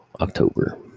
October